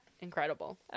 incredible